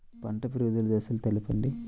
పంట పెరుగుదల దశలను తెలపండి?